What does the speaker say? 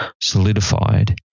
solidified